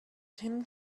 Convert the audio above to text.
tim